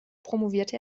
promovierte